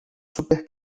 super